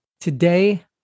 Today